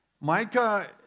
Micah